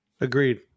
agreed